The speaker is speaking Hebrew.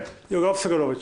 חבר הכנסת יואב סגלוביץ',